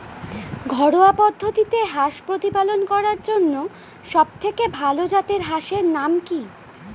ঘরোয়া পদ্ধতিতে হাঁস প্রতিপালন করার জন্য সবথেকে ভাল জাতের হাঁসের নাম কি?